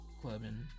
clubbing